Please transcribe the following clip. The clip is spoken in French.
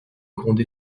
grondé